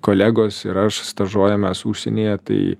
kolegos ir aš stažuojamės užsienyje tai